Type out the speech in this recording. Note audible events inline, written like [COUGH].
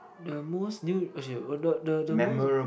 the most new [NOISE] the the the most